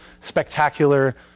spectacular